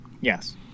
Yes